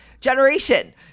generation